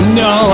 no